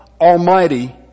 almighty